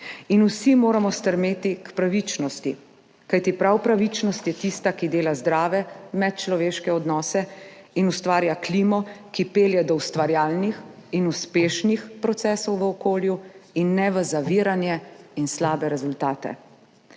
in vsi moramo stremeti k pravičnosti, kajti prav pravičnost je tista, ki dela zdrave medčloveške odnose in ustvarja klimo, ki pelje do ustvarjalnih in uspešnih procesov v okolju in ne v zaviranje in slabe rezultate.